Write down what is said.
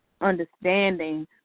understanding